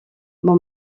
mon